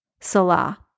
Salah